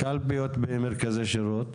קלפיות במרכזי שירות?